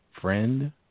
friend